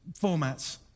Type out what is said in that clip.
formats